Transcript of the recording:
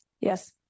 Yes